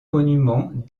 monuments